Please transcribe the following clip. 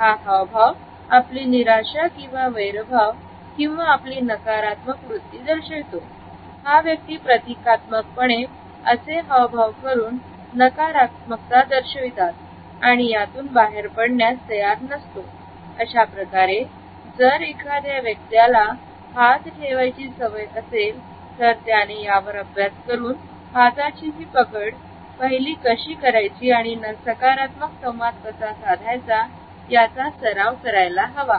हा ह भ प आपली निराशा किंवा वैरभाव किंवा आपली नकारात्मक वृत्ती दर्शवितो हा व्यक्ती प्रतिकात्मक पणे असे हावभाव करून नकारात्मकता दर्शवितो आणि यातून बाहेर पडण्यास तयार नसतो अशाप्रकारे जर एखाद्या वक्त्याला हात ठेवायची सवय असेल तर त्याने यावर अभ्यास करून आताची ही पकड पहिली कशी करायची आणि सकारात्मक संवाद कसा साधायचा याचा सराव करायला हवा